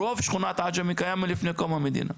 רוב שכונת עג'מי קיים לפני קום המדינה.